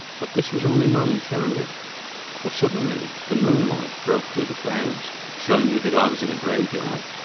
but this was only momentarily for suddenly the moonlight broke through the clouds, showing me that i was in a graveyard,